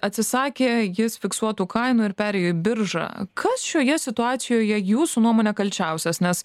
atsisakė jis fiksuotų kainų ir perėjo į biržą kas šioje situacijoje jūsų nuomone kalčiausias nes